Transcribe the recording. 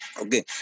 Okay